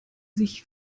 sich